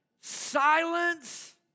Silence